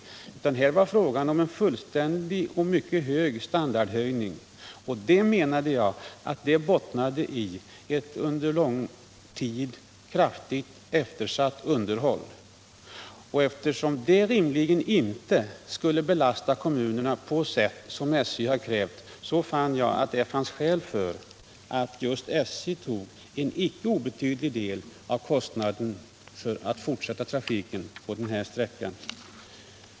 Det var alltså fråga om en fullständig standardhöjning, och det menar jag bottnar i ett under lång tid kraftigt eftersatt underhåll. Och eftersom det rimligen inte borde belasta kommunerna på sätt som SJ krävt, fann jag skäl för att just SJ tog en icke obetydlig del av kostnaden för att fortsätta trafiken på den här sträckan.